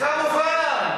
כמובן,